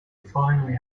finally